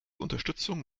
unterstützung